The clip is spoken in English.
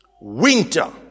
winter